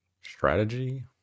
strategy